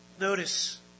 Notice